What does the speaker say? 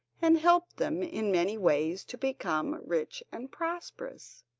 and helped them in many ways to become rich and prosperous.